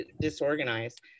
disorganized